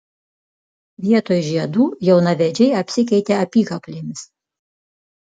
vietoj žiedų jaunavedžiai apsikeitė apykaklėmis